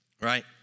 right